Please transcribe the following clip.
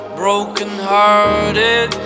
broken-hearted